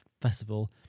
festival